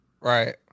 Right